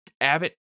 Abbott